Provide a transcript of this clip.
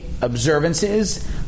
observances